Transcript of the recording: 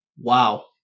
Wow